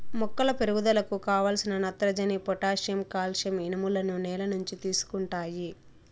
మొక్కల పెరుగుదలకు కావలసిన నత్రజని, పొటాషియం, కాల్షియం, ఇనుములను నేల నుంచి తీసుకుంటాయి